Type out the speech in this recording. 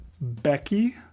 becky